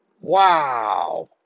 wow